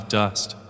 dust